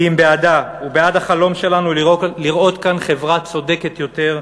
כי אם בעדה ובעד החלום שלנו לראות כאן חברה צודקת יותר,